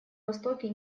востоке